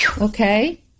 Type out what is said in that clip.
Okay